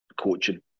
coaching